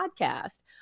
podcast